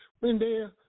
Wendell